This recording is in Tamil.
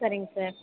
சரிங்க சார்